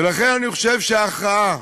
ולכן אני חושב שהכרעה